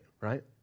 right